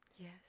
yes